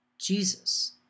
Jesus